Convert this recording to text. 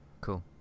Cool